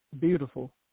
Beautiful